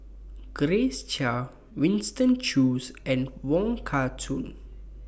Grace Chia Winston Choos and Wong Kah Chun